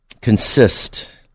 consist